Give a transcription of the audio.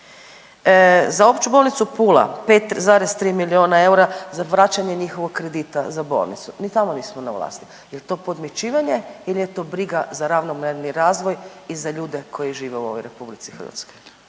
za Opću bolnicu Pula 5,3 milijuna eura za vraćanje njihovog kredita za bolnicu, ni tamo nismo na vlasti, jel to podmićivanje il je to briga za ravnomjerni razvoj i za ljude koji žive u ovoj RH?